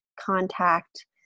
contact